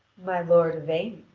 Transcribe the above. my lord yvain.